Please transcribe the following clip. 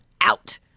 Out